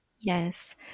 Yes